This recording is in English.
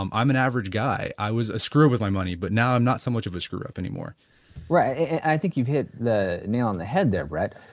i'm i'm an average guy, i was a screw with my money but now i'm not so much of a screw up anymore i think you've hit the nail on the head there brett.